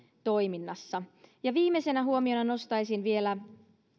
toiminnassa viimeisenä huomiona nostaisin vielä